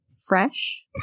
fresh